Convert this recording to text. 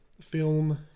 film